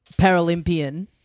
Paralympian